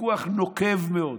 ויכוח נוקב מאוד.